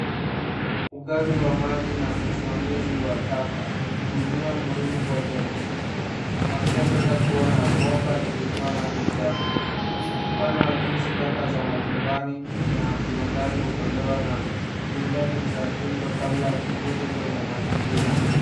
Ugavi wa maji na usimamizi wa taka, ni huduma muhimu kwa jamii, kama vile twaweza kuona bomba likitoa maji chafu, mfano jinsi taka za majumbani na viwandani hutolewa na huhitaji kusafishwa kabla ya kurudi kwenye mazingira.